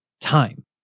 time